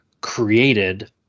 created